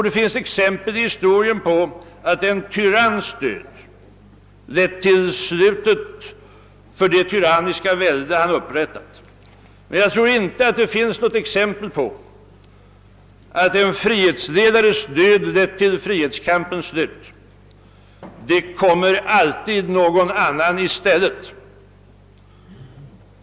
— Det finns exempel i historien på att en tyranns död lett till slutet för det tyranniska välde han upprättat, men jag tror inte att det finns något exempel på att en frihetsledares död lett till frihetskampens slut; det kommer alltid någon annan i stället.